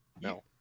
No